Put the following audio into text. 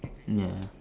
ya